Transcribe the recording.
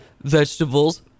vegetables